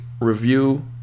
review